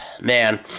man